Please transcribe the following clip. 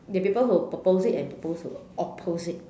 that people who propose it and propose to oppose it